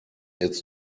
its